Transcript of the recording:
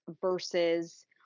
versus